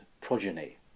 progeny